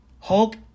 Hulk